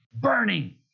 burning